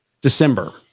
December